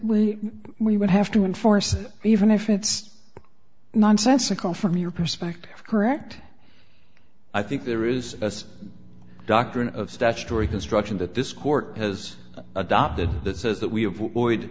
that we would have to enforce even if it's nonsensical from your perspective correct i think there is a doctrine of statutory construction that this court has adopted that says that we avoid